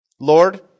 Lord